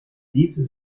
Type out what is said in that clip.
ließe